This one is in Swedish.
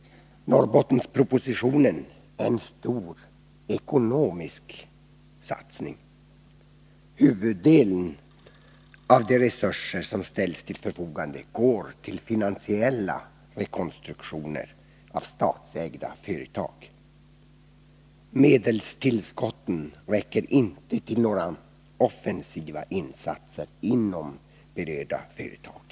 Norrbottenspropositionen innebär en stor ekonomisk satsning. Större delen av de resurser som ställts till förfogande går till finansiella rekonstruktioner av statsägda företag. Medelstillskotten räcker inte till några offensiva insatser inom berörda företag.